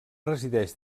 resideix